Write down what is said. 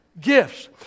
Gifts